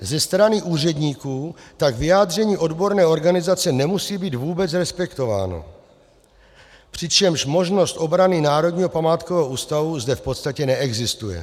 Ze strany úředníků tak vyjádření odborné organizace nemusí být vůbec respektováno, přičemž možnost obrany Národního památkového ústavu zde v podstatě neexistuje.